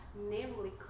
namely